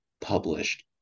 published